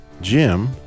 Jim